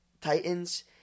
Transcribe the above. Titans